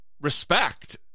respect